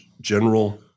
general